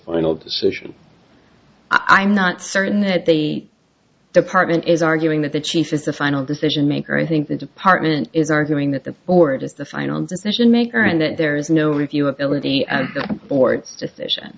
final decision i'm not certain that the department is arguing that the chief is the final decision maker i think the department is arguing that the board is the final decision maker and that there is no review avilla the board's decision